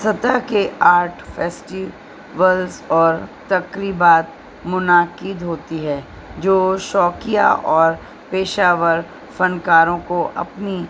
سطح کے art festivals اور تقریبات منعقد ہوتی ہے جو شوقیہ اور پیشہ ور فنکاروں کو اپنی